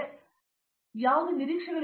tech ಅಥವಾ ಎಮ್ಬಿಎಗೆ ಯಾವುದೇ ನಿರೀಕ್ಷೆಗಳಿಲ್ಲ